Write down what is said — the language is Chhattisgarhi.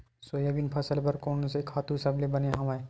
सोयाबीन फसल बर कोन से खातु सबले बने हवय?